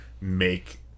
make